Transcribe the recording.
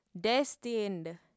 destined